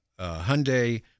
Hyundai